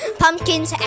pumpkins